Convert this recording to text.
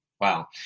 Wow